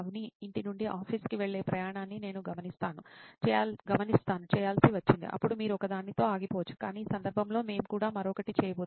Avni ఇంటి నుండి office కి వెళ్లే ప్రయాణాన్ని నేను గమనిస్తాను చేయాల్సి వచ్చింది అప్పుడు మీరు ఒకదానితో ఆగిపోవచ్చు కానీ ఈ సందర్భంలో మేము కూడా మరొకటి చేయబోతున్నాం